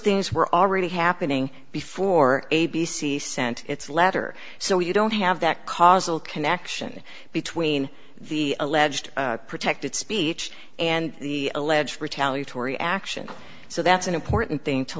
things were already happening before a b c sent its letter so you don't have that causal connection between the alleged protected speech and the alleged retaliatory action so that's an important thing to